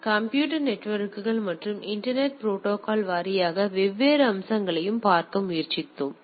எனவே கம்ப்யூட்டர் நெட்வொர்க்குகள் மற்றும் இன்டர்நெட் புரோட்டோகால் வாரியாக வெவ்வேறு அம்சங்களையும் பார்க்க முயற்சித்தோம்